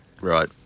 Right